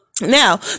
Now